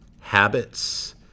habits